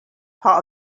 part